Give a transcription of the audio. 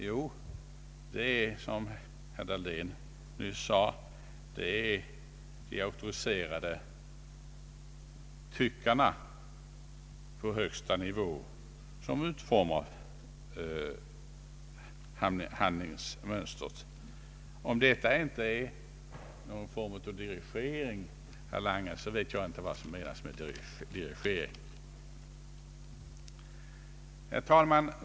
Jo, det är — som herr Dahlén nyss sade — de auktoriserade tryckarna på högsta nivå som utformar handlingsmönstret. Om detta inte är en form av dirigering, herr Lange, vet jag inte vad som menas med dirigering. Herr talman!